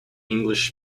english